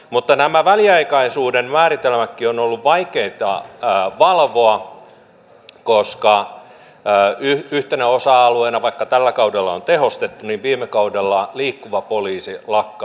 mutta nämä väliaikaisuuden määritelmätkin ovat olleet vaikeita valvoa koska vaikka tällä kaudella on tehostettu niin viime kaudella yhtenä osa alueena liikkuva poliisi lakkautettiin